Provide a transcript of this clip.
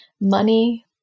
money